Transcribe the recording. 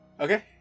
Okay